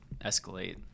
escalate